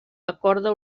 acorda